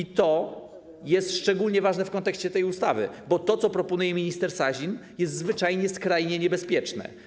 I to jest szczególnie ważne w kontekście tej ustawy, bo to, co proponuje minister Sasin, jest zwyczajnie skrajnie niebezpieczne.